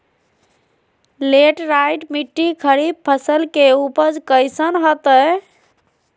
Laterite मिट्टी खरीफ फसल के उपज कईसन हतय?